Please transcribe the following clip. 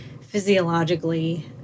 physiologically